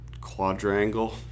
quadrangle